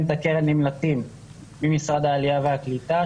את הקרן נמלטים ממשרד העלייה והקליטה,